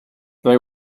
they